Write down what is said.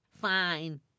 Fine